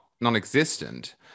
non-existent